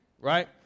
Right